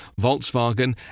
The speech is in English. Volkswagen